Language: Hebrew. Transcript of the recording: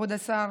כבוד השר,